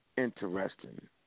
Interesting